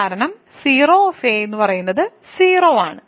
കാരണം 0 0 ആണ്